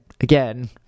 again